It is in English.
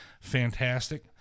fantastic